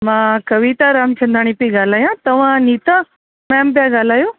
मां कविता रामचंदाणी पेई ॻाल्हायां तव्हां नीता मैम पियां ॻाल्हायो